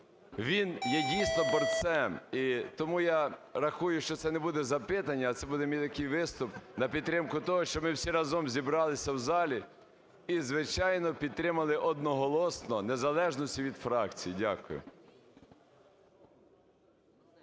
він є дійсно борцем. І тому я рахую, що це не буде запитання, а це буде мій такий виступ на підтримку того, щоб ми всі разом зібралися в залі і, звичайно, підтримали одноголосно, в незалежності від фракцій. Дякую.